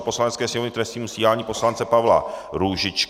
Poslanecké sněmovny k trestnímu stíhání poslance Pavla Růžičky